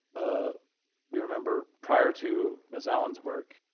ah you remember, prior to miss allan's work,